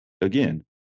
again